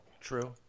True